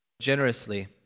generously